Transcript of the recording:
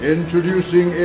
Introducing